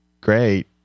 Great